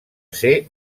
ser